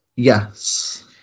Yes